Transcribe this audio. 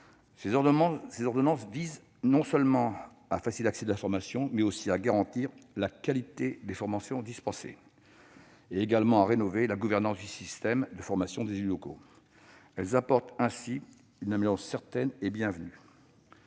Ces ordonnances visent non seulement à faciliter l'accès à la formation et à garantir la qualité des formations dispensées, mais également à rénover la gouvernance du système de formation des élus locaux. Elles apporteraient ainsi une amélioration certaine et bienvenue.